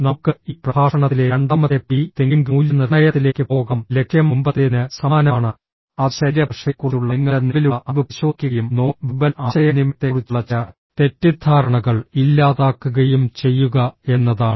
നമുക്ക് ഈ പ്രഭാഷണത്തിലെ രണ്ടാമത്തെ പ്രീ തിങ്കിംഗ് മൂല്യനിർണ്ണയത്തിലേക്ക് പോകാം ലക്ഷ്യം മുമ്പത്തേതിന് സമാനമാണ് അത് ശരീരഭാഷയെക്കുറിച്ചുള്ള നിങ്ങളുടെ നിലവിലുള്ള അറിവ് പരിശോധിക്കുകയും നോൺ വെർബൽ ആശയവിനിമയത്തെക്കുറിച്ചുള്ള ചില തെറ്റിദ്ധാരണകൾ ഇല്ലാതാക്കുകയും ചെയ്യുക എന്നതാണ്